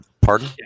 Pardon